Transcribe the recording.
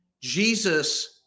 Jesus